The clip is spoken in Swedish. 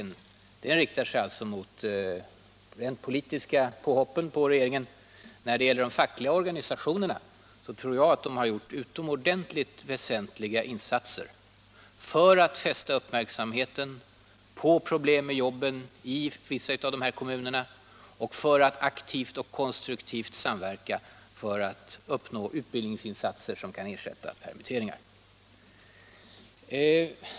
Min kritik riktar sig alltså mot de rent politiska påhoppen på regeringen. När det gäller de fackliga organisationerna tror jag att de har gjort utomordentligt väsentliga insatser för att fästa uppmärksamheten på problem med jobben i vissa av de här kommunerna och för att aktivt och konstruktivt samverka för att uppnå utbildningsinsatser som kan ersätta permitteringar.